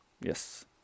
Yes